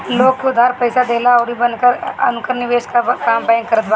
लोग के उधार पईसा देहला अउरी उनकर निवेश कअ काम बैंक करत बाटे